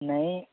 ନାଇଁ